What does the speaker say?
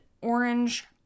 orange